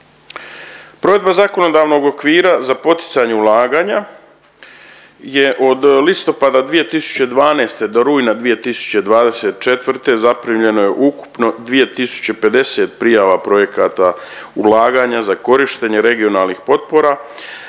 Provedba zakonodavnog okvira za poticanje ulaganja je od listopada 2012. do rujna 2024. zaprimljeno je ukupno 2050 prijava projekata ulaganja za korištenje regionalnih potpora,